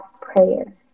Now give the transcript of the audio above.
prayer